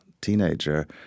teenager